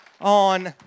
on